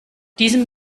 diesem